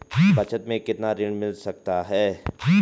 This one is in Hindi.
बचत मैं कितना ऋण मिल सकता है?